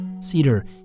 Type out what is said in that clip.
Cedar